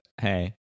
hey